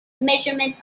measurements